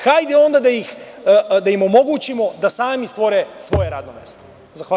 Hajde onda da im omogućimo da sami stvore svoje radno mesto.